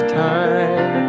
time